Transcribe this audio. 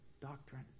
doctrine